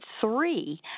three